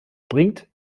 bringt